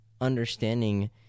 understanding